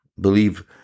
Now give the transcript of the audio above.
Believe